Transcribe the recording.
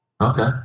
Okay